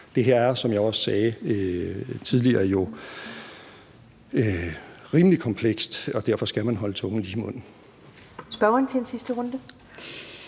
Det her er, som jeg også sagde tidligere, rimelig komplekst, og derfor skal man holde tungen lige i munden. Kl. 14:04 Første næstformand